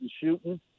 shooting